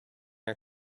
are